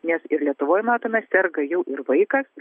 nes ir lietuvoj matome serga jau ir vaikas